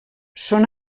són